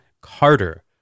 Carter